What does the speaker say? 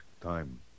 time